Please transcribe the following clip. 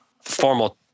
formal